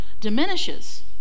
diminishes